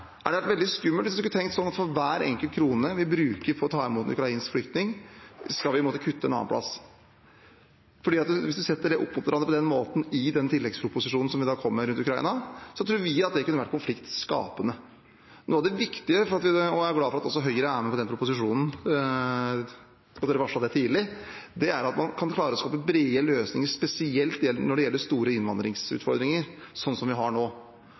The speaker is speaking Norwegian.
bruker på å ta imot en ukrainsk flyktning, skal vi måtte kutte en annen plass. Hvis en satte det opp mot hverandre på den måten i den tilleggsproposisjonen som kommer rundt Ukraina, tror vi at det kunne vært konfliktskapende. Jeg er glad for at også Høyre støtter den proposisjonen, og det ble varslet tidlig. Noe av det viktige er at man kan klare å skape brede løsninger, spesielt når det gjelder store innvandringsutfordringer, sånn som vi har nå.